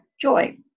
joy